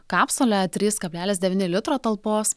kapsulė trys kablelis devyni litro talpos